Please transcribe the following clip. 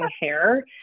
hair